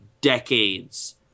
decades